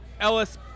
Ellis